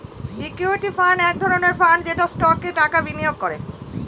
equity fund এক ধরনের fund যেটা স্টকে টাকা বিনিয়োগ করে